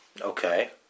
Okay